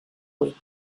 huit